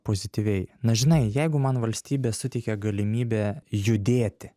pozityviai na žinai jeigu man valstybė suteikia galimybę judėti